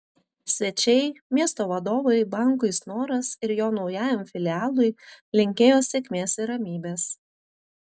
svečiai miesto vadovai bankui snoras ir jo naujajam filialui linkėjo sėkmės ir ramybės